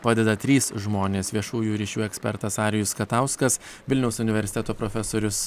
padeda trys žmonės viešųjų ryšių ekspertas arijus katauskas vilniaus universiteto profesorius